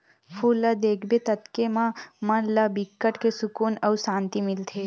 फूल ल देखबे ततके म मन ला बिकट के सुकुन अउ सांति मिलथे